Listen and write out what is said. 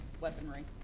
weaponry